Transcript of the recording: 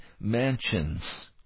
mansions